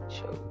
show